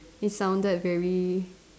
it sounded very